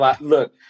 Look